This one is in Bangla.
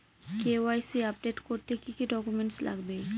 কে.ওয়াই.সি আপডেট করতে কি কি ডকুমেন্টস লাগবে?